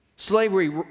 Slavery